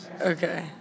Okay